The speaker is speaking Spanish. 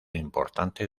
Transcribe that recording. importante